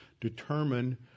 determine